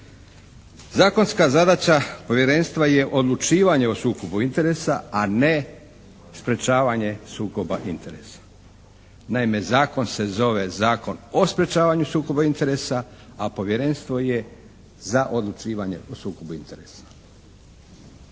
Zakonska zadaća povjerenstva je odlučivanje o sukobu interesa a ne sprječavanje sukoba interesa. Naime, zakon se zove Zakon o sprječavanju sukoba interesa a Povjerenstvo je za odlučivanje o sukobu interesa.